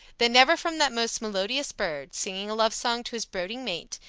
that never from that most melodious bird singing a love song to his brooding mate,